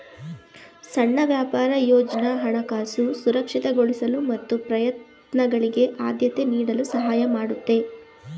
ಸಣ್ಣ ವ್ಯಾಪಾರ ಯೋಜ್ನ ಹಣಕಾಸು ಸುರಕ್ಷಿತಗೊಳಿಸಲು ಮತ್ತು ಪ್ರಯತ್ನಗಳಿಗೆ ಆದ್ಯತೆ ನೀಡಲು ಸಹಾಯ ಮಾಡುತ್ತೆ